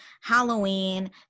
Halloween